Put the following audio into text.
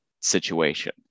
situation